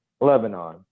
Lebanon